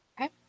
Okay